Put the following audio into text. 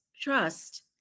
trust